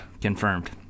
Confirmed